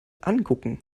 angucken